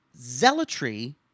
zealotry